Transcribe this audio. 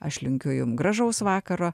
aš linkiu jum gražaus vakaro